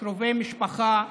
וקרובי משפחה,